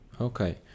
Okay